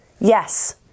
yes